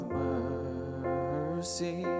mercy